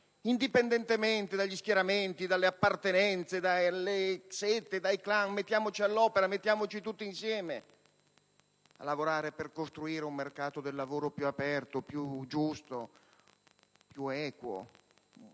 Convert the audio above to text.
indipendente dagli schieramenti, dalle appartenenze, dalle sette, dai clan. Mettiamoci all'opera, mettiamoci tutti insieme a lavorare per costruire un mercato del lavoro più aperto, più giusto e più equo,